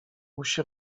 musi